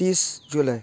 तीस जुलय